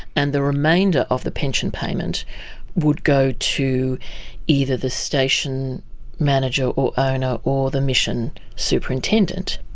and the remainder of the pension payment would go to either the station manager or owner or the mission superintendent.